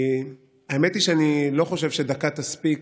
האמת היא שאני לא חושב שדקה תספיק.